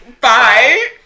Bye